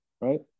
right